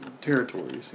territories